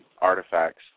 artifacts